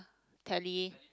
tele